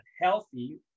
healthy